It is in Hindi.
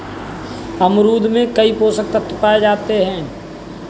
अमरूद में कई पोषक तत्व पाए जाते हैं